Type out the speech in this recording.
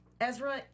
Ezra